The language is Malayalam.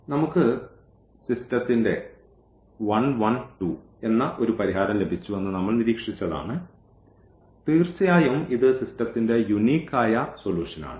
നമുക്ക് സിസ്റ്റത്തിന്റെ 1 1 2 എന്ന ഒരു പരിഹാരം ലഭിച്ചുവെന്ന് നമ്മൾ നിരീക്ഷിച്ചതാണ് തീർച്ചയായും ഇത് സിസ്റ്റത്തിന്റെ യൂനിക് ആയ സൊല്യൂഷൻ ആണ്